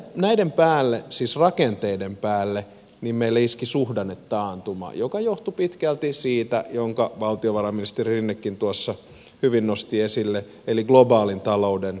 näiden päälle siis rakenteiden päälle meille iski suhdannetaantuma joka johtui pitkälti siitä minkä valtiovarainministeri rinnekin hyvin nosti esille eli globaalin talouden kehityksestä